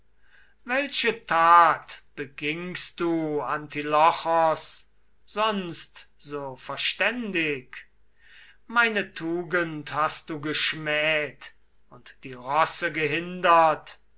welche tat begingst du antilochos sonst so verständig meine tugend hast du geschmäht und die rosse gehindert